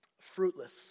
fruitless